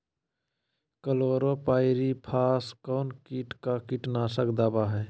Chlorpyrifos कौन किट का कीटनाशक दवा है?